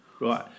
right